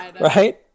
Right